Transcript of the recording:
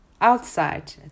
Outside